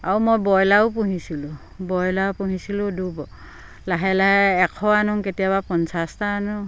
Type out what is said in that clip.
আৰু মই ব্ৰইলাৰো পুহিছিলোঁ ব্ৰইলাৰ পুহিছিলোঁ লাহে লাহে এশ আনো কেতিয়াবা পঞ্চাছটা আনো